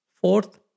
Fourth